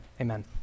amen